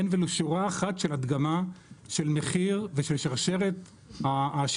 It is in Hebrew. אין ולו שורה אחת של הדגמה של מחיר ושל שרשרת השיווק,